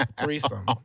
threesome